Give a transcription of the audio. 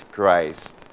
Christ